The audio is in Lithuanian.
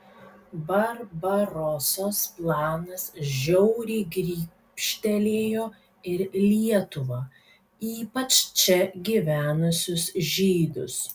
barbarosos planas žiauriai grybštelėjo ir lietuvą ypač čia gyvenusius žydus